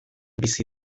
bizi